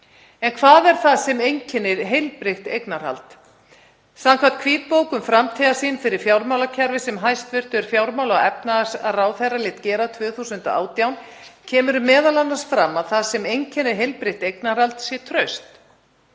En hvað er það sem einkennir heilbrigt eignarhald? Samkvæmt hvítbók um framtíðarsýn fyrir fjármálakerfið, sem hæstv. fjármála- og efnahagsráðherra lét gera 2018, kemur m.a. fram að það sem einkenni heilbrigt eignarhald sé traust.